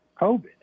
COVID